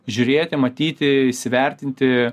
žiūrėti matyti įsivertinti